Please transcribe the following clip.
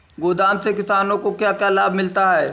गोदाम से किसानों को क्या क्या लाभ मिलता है?